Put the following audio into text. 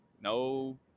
no